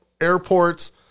airports